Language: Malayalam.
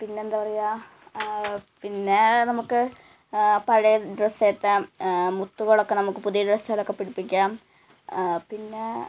പിന്നെ ഏന്താണ് പറയുക പിന്നേ നമുക്ക് പഴയ ഡ്രസ്സിലെ മുത്തുകളൊക്കെ നമുക്ക് പുതിയ ഡ്രെസ്സിലൊക്കെ പിടിപ്പിക്കാം പിന്നേ